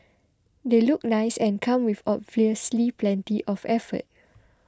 they look nice and come with obviously plenty of effort